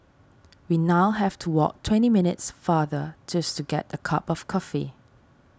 we now have to walk twenty minutes farther just to get a cup of coffee